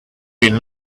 been